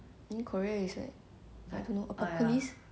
or like apocalypse like the world ending that kind